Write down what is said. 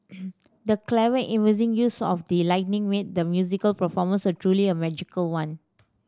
the clever and amazing use of the lighting made the musical performance a truly a magical one